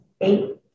Eight